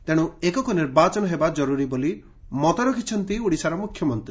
ତେଶୁ ଏକକ ନିର୍ବାଚନ ହେବା ଜରୁରୀ ବୋଲି ମତ ରଖିଛନ୍ତି ଓଡିଶାର ମୁଖ୍ୟମନ୍ତୀ